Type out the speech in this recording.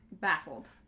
baffled